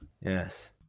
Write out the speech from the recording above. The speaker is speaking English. Yes